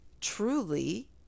truly